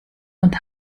und